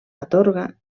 atorga